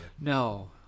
No